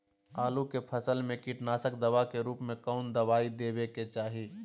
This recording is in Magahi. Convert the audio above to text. आलू के फसल में कीटनाशक दवा के रूप में कौन दवाई देवे के चाहि?